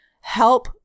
help